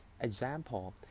Example